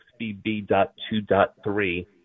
XBB.2.3